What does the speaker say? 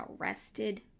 arrested